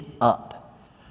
up